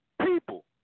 people